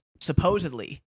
supposedly